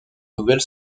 nouvelle